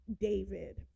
David